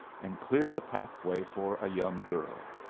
and cleared a pathway for a young girl.